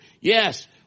Yes